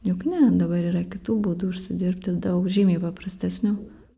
juk ne dabar yra kitų būdų užsidirbti daug žymiai paprastesnių